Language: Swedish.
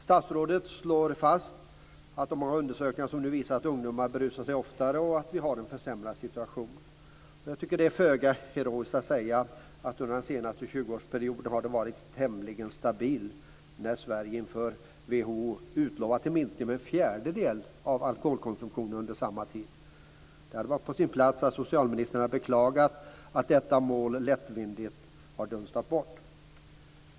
Statsrådet slår fast att många undersökningar nu visar att ungdomar berusar sig oftare och att vi har en försämrad situation. Jag tycker att det är föga heroiskt att säga att det under den senaste 20-årsperioden har varit tämligen stabilt när Sverige inför WHO har utlovat en minskning med en fjärdedel av alkoholkonsumtionen under samma tid. Det hade varit på sin plats att socialministern hade beklagat att detta mål lättvindigt har dunstat bort.